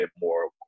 more